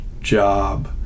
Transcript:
job